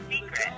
secret